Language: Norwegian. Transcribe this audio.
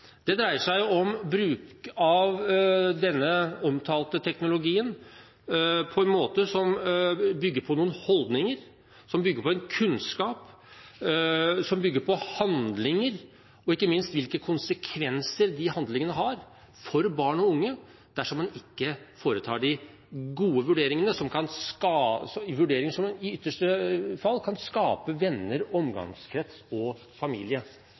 Det dreier seg om bruk av den omtalte teknologien på en måte som bygger på holdninger, som bygger på kunnskap, som bygger på handlinger, og som ikke minst ser hvilke konsekvenser de handlingene har for barn og unge dersom man ikke foretar de gode vurderingene, og at det i ytterste fall kan skade venner, omgangskrets og familie